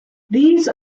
these